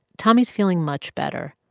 tommy's feeling much better.